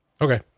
okay